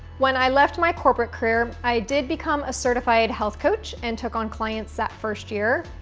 when i left my corporate career, i did become a certified health coach and took on clients that first year,